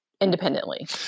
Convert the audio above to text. independently